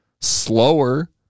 Slower